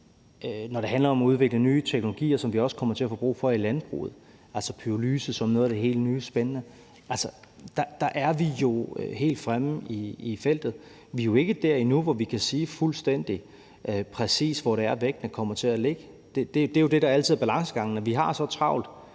når det handler om at udvikle nye teknologier, som vi også kommer til at få brug for i landbruget – altså pyrolyse som noget af det helt nye og spændende – er vi jo helt fremme i feltet. Vi er ikke der endnu, hvor vi kan sige fuldstændig præcis, hvor det er, vægten kommer til at ligge. Det er jo det, der altid er balancegangen. Vi har så travlt,